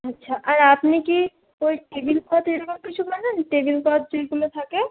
আচ্ছা আর আপনি কি ঐ টেবিল ক্লথ এরকম কিছু বানান টেবিল ক্লথ যেইগুলো থাকে